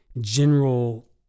general